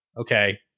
Okay